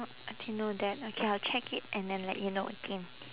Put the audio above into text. oh I didn't know that okay I'll check it and then let you know again